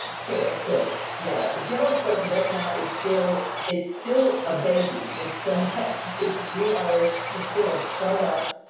sure, of course. yeah, the piano express right now is still, it's still a baby. it's ah still, we are ah still a start up,